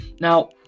Now